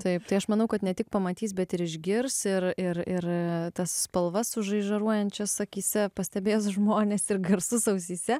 taip tai aš manau kad ne tik pamatys bet ir išgirs ir ir ir tas spalvas žaižaruojančias akyse pastebės žmonės ir garsus ausyse